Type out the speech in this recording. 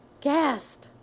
Gasp